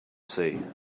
say